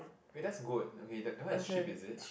wait that's goat okay that the one is sheep is it